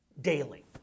daily